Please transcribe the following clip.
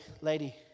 lady